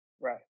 Right